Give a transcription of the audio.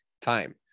time